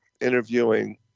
interviewing